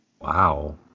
Wow